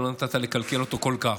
שלא נתת לקלקל אותו כל כך.